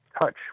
Touch